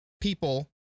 people